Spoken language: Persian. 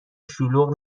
شلوغ